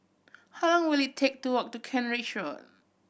how long will it take to walk to Kent Ridge Road